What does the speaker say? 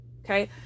Okay